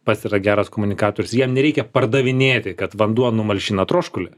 pats yra geras komunikatorius jiem nereikia pardavinėti kad vanduo numalšina troškulį